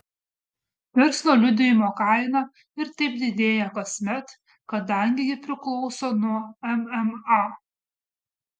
verslo liudijimo kaina ir taip didėja kasmet kadangi ji priklauso nuo mma